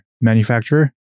manufacturer